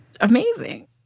Amazing